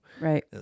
Right